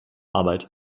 arbeit